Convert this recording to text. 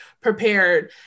prepared